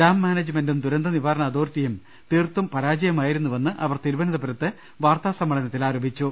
dam മാനേജ്മെന്റും ദുരന്ത നിവാരണ അതോറിറ്റിയും തീർത്തും പരാജയമായിരുന്നുവെന്ന് അവർ തിരുവനന്തപുരത്ത് വാർത്താസമ്മേളനത്തിൽ ആരോപി ച്ചു